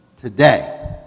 Today